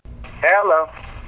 Hello